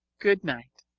good night,